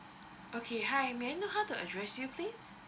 okay hi may I know how to address you please